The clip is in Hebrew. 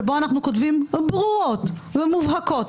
שבו אנחנו כותבים ברורות ומובהקות,